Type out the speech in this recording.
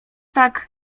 tak